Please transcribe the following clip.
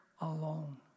alone